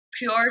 pure